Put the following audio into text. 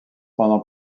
pendant